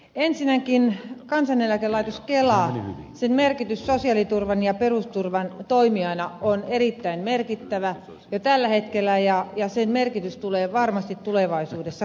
ensinnäkin kansaneläkelaitoksen kelan merkitys sosiaaliturvan ja perusturvan toimijana on erittäin merkittävä jo tällä hetkellä ja sen merkitys tulee varmasti tulevaisuudessa kasvamaan